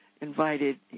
invited